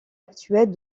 actuelle